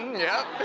yep.